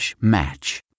match